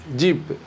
jeep